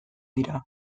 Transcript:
dira